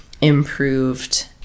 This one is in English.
improved